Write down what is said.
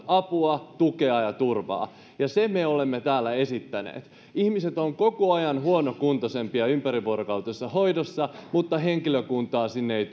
apua tukea ja turvaa ja sen me olemme täällä esittäneet ihmiset ovat koko ajan huonokuntoisempia ympärivuorokautisessa hoidossa mutta henkilökuntaa sinne ei